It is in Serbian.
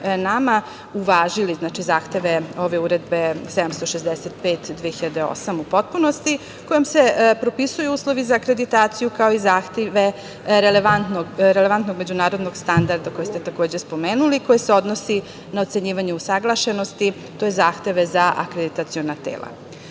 nama, uvažili zahteve ove Uredbe 765/2008 u potpunosti kojom se propisuju uslovi za akreditaciju, kao i zahteve relevantnog međunarodnog standarda koji ste takođe spomenuli koji se odnosi na ocenjivanje usaglašenosti, tj. zahteve za akreditaciona tela. Jedan